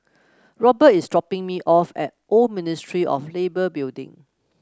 Robert is dropping me off at Old Ministry of Labour Building